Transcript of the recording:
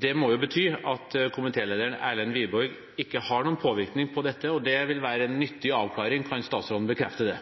Det må jo bety at komitéleder Erlend Wiborg ikke har noen påvirkning på dette, og det ville være en nyttig avklaring. Kan statsråden bekrefte det?